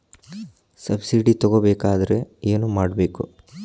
Subsidy ತಗೊಬೇಕಾದರೆ ಏನು ಮಾಡಬೇಕು?